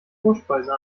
vorspeise